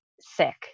sick